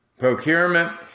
Procurement